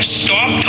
stop